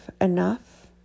enough